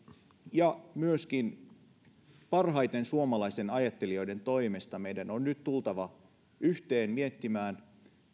ja myöskin parhaiden suomalaisten ajattelijoiden toimesta meidän on nyt tultava yhteen miettimään